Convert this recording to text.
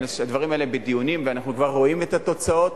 הדברים האלה בדיונים ואנחנו כבר רואים את התוצאות.